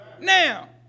Now